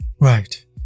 Right